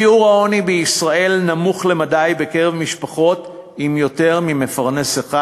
שיעור העוני בישראל נמוך למדי בקרב משפחות עם יותר ממפרנס אחד.